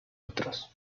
otros